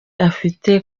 afite